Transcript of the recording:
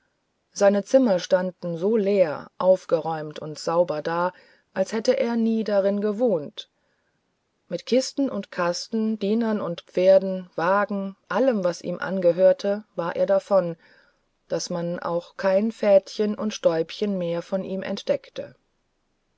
seine zimmer standen so leer aufgeräumt und sauber da als hätte er nie darin gewohnt mit kisten und kasten dienern und pferden wagen allem was ihm angehörte war er davon daß man auch kein fädchen und stäubchen mehr von ihm entdeckte